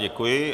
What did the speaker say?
Děkuji.